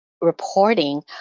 reporting